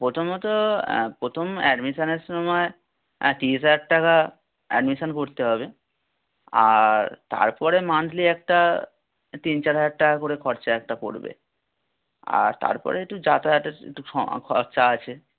প্রথমত প্রথম এডমিশনের সময় তিরিশ হাজার টাকা এডমিশন করতে হবে আর তারপরে মান্থলি একটা তিন চার হাজার টাকা করে খরচা একটা পড়বে আর তারপরে একটু যাতায়াতের একটু খরচা আছে